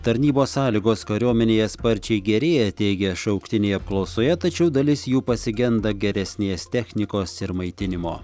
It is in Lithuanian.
tarnybos sąlygos kariuomenėje sparčiai gerėja teigia šauktiniai apklausoje tačiau dalis jų pasigenda geresnės technikos ir maitinimo